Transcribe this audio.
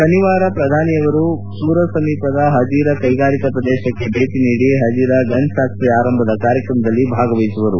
ಶನಿವಾರ ಪ್ರಧಾನಿ ನರೇಂದ್ರ ಮೋದಿ ಅವರು ಸೂರತ್ ಸಮೀಪದ ಹಜೀರ ಕೈಗಾರಿಕಾ ಪ್ರದೇಶಕ್ಕೆ ಭೇಟಿ ನೀದಿ ಹಜೀರಾ ಗನ್ ಫ್ಯಾಕ್ಚರಿ ಆರಂಭದ ಕಾರ್ಯಕ್ರಮದಲ್ಲಿ ಭಾಗವಹಿಸುವರು